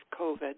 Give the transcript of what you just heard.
COVID